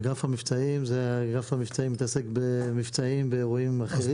אגף המבצעים מתעסק במבצעים ובאירועים אחרים.